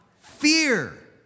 fear